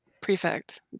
Prefect